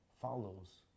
follows